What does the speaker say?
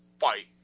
fight